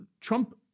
Trump